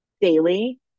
daily